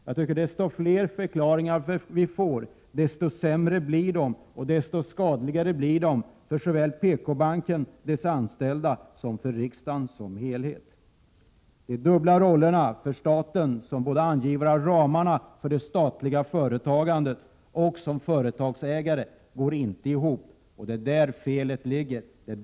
Ju fler förklaringar vi får desto sämre blir de, och desto skadligare för såväl PKbanken och dess anställda som riksdagen som helhet. Statens dubbla roller som angivare av ramarna för det statliga företagandet och som företagsägare går inte ihop. Det är där felet ligger.